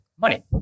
money